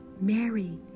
Mary